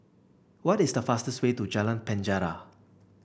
what is the fastest way to Jalan Penjara